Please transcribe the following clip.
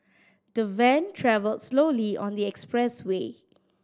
the van travelled slowly on the expressway